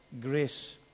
grace